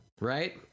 Right